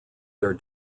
their